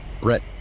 Brett